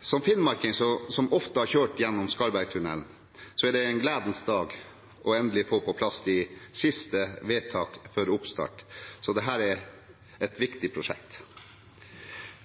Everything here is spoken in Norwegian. Som finnmarking som ofte har kjørt gjennom Skarvbergtunnelen, er det en gledens dag endelig å få på plass de siste vedtak før oppstart. Dette er et viktig prosjekt.